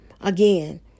Again